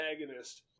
antagonist